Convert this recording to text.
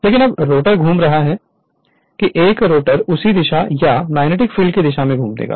लेकिन अब रोटर घूम रहा है कि एक रोटर उसी दिशा या मैग्नेटिक फील्ड की दिशा में घूमेगा